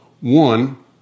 one